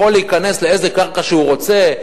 יכול להיכנס לאיזה קרקע שהוא רוצה,